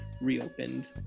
reopened